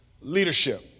Leadership